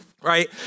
right